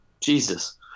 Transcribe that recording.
Jesus